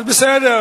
אז בסדר,